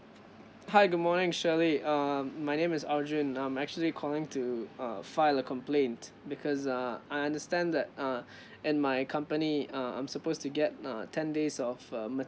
hi good morning shirley uh my name is arjun I'm actually calling to uh file a complaint because uh I understand that uh and my company uh I'm supposed to get uh ten days of uh